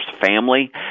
family